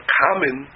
common